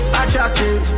attractive